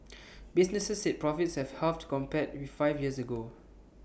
businesses said profits have halved compared with five years ago